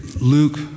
Luke